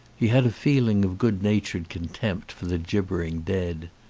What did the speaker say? he had a feeling of good-natured contempt for the gibbering dead.